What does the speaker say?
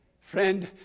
Friend